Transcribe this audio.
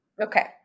Okay